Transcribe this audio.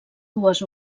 dues